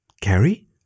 Carrie